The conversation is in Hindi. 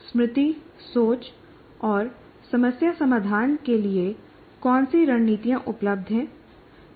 स्मृति सोच और समस्या समाधान के लिए कौन सी रणनीतियाँ उपलब्ध हैं